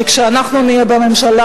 שכשאנחנו נהיה בממשלה,